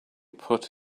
put